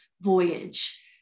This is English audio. voyage